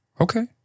Okay